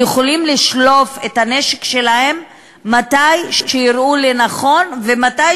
כשהם יכולים לשלוף את הנשק שלהם מתי שיראו לנכון ומתי